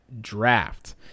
Draft